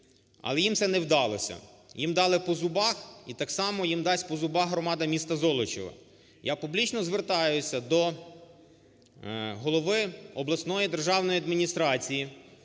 Але їм це не вдалося, їм "дали по зубах" і так само їм "дасть по зубах" громада міста Золочіва. Я публічно звертаюся до голови обласної державної адміністрації,